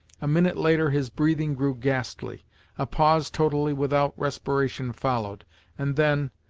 a minute later, his breathing grew ghastly a pause totally without respiration followed and, then,